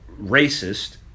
racist